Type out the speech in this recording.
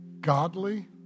godly